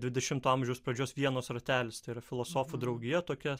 dvidešimto amžiaus pradžios vienos ratelis tai yra filosofų draugija tokia